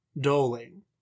Doling